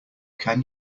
can